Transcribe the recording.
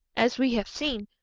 as we have seen.